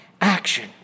action